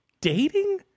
dating